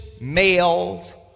males